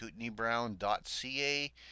kootenaybrown.ca